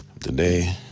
Today